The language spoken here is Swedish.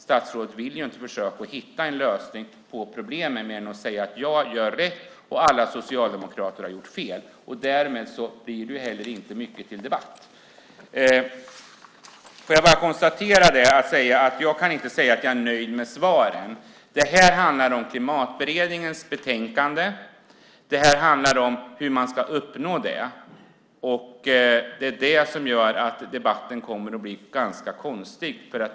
Statsrådet vill ju inte försöka att hitta en lösning på problemen utan säger bara: Jag gör rätt, och alla socialdemokrater har gjort fel. Därmed blir det heller inte mycket till debatt. Jag kan inte säga att jag är nöjd med svaren. Det här handlar om Klimatberedningens betänkande. Det här handlar om hur man ska uppnå det. Det är detta som gör att debatten kommer att bli ganska konstig.